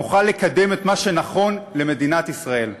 נוכל לקדם את מה שנכון למדינת ישראל.